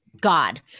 God